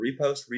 repost